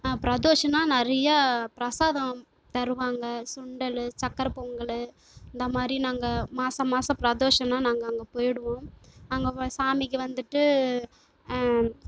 பிரதோஷம்னா நிறைய பிரசாதம் தருவாங்க சுண்டல் சக்கரை பொங்கல் அந்த மாதிரி நாங்கள் மாதம் மாதம் பிரதோஷம்னா நாங்கள் அங்கே போய்டுவோம் அங்கே சாமிக்கு வந்துவிட்டு